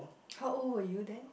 how old were you then